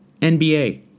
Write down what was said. NBA